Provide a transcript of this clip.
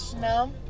No